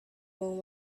moon